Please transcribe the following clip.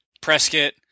Prescott